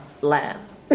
last